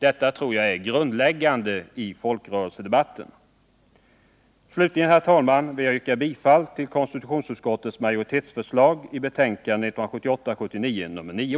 Detta tror jag är grundläggande i hela folkrörelsedebatten. Herr talman! Avslutningsvis vill jag yrka bifall till konstitutionsutskottets majoritetsförslag i betänkandet 1978/79:9.